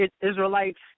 Israelites